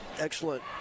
Excellent